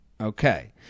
Okay